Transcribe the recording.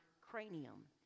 cranium